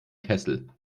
kessel